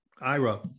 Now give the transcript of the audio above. Ira